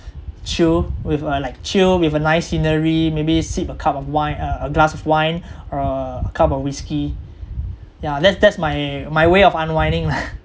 chill with uh like chill with a nice scenery maybe sip a cup of wine uh a glass of wine or a cup of whiskey yeah that's that's my my way of unwinding lah